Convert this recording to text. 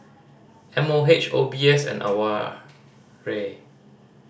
M O H O B S and AWARE